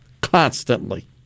constantly